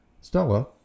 Stella